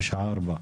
בשעה ארבע.